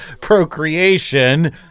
procreation